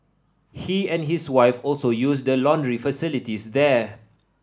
he and his wife also use the laundry facilities there